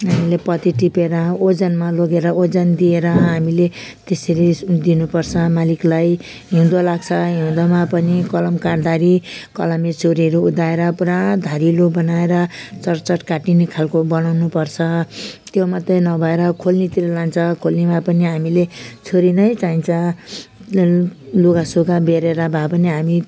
हामीले पती टिपेर ओजनमा लगेर ओजन दिएर हामीले त्यसरी दिनुपर्छ मालिकलाई हिउँदो लाग्छ हिउँदमा पनि कलम काट्दाखेरि कलमे छुरीहरू उध्याएर पुरा धारिलो बनाएर चट्चट काटिने खालको बनाउनुपर्छ त्यो मात्रै नभएर खोल्नीतिर लान्छ खोल्नीमा पनि हामीले छुरी नै चाहिन्छ लुगासुगा बेरेर भए पनि हामी